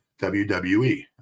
WWE